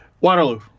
Waterloo